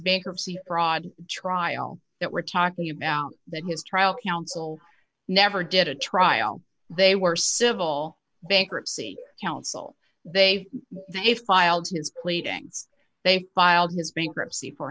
big fraud trial that we're talking about that his trial counsel never did a trial they were civil bankruptcy counsel they they filed his pleadings they filed his bankruptcy for